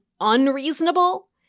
unreasonable